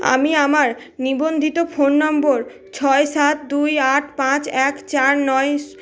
আমি আমার নিবন্ধিত ফোন নম্বর ছয় সাত দুই আট পাঁচ এক চার নয় সু